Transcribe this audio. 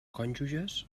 cònjuges